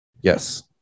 Yes